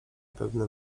pewne